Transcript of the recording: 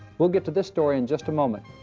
we'll get to this story in just a moment.